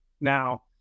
Now